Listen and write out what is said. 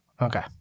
Okay